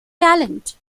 talent